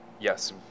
yes